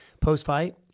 post-fight